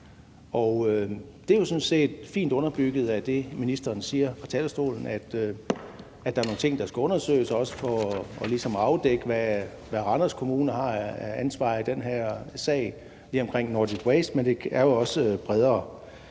set fint underbygget af det, ministeren siger fra talerstolen, altså at der er nogle ting, der skal undersøges – også for ligesom at afdække, hvad Randers Kommune har af ansvar i den her sag omkring Nordic Waste, men det er jo også bredere.